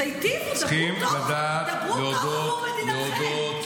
תיטיבו, דברו טוב, דברו טוב עבור מדינתכם.